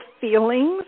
feelings